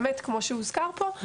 כמו שהוזכר פה,